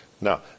Now